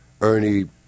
Ernie